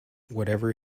whatever